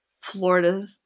Florida